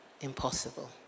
impossible